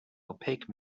opaque